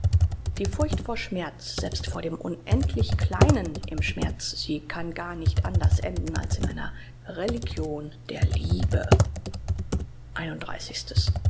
die furcht vor schmerz selbst vor dem unendlich kleinen im schmerz sie kann gar nicht anders enden als in einer religion der liebe